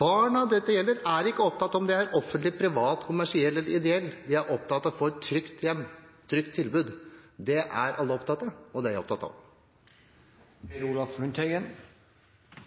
Barna dette gjelder, er ikke opptatt av om det er offentlig, privat, kommersielt eller ideelt. De er opptatt av å få et trygt hjem og et trygt tilbud. Det er alle opptatt av, og det er jeg opptatt